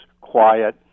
quiet